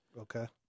Okay